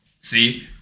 See